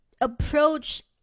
approach